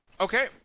Okay